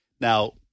now